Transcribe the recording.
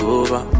over